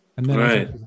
Right